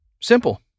Simple